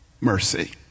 mercy